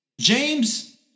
James